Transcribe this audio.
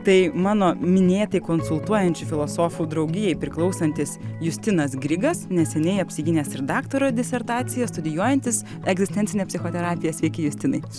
tai mano minėti konsultuojančių filosofų draugijai priklausantis justinas grigas neseniai apsigynęs ir daktaro disertaciją studijuojantis egzistencinę psichoterapiją sveiki justinai